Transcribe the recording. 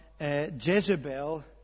Jezebel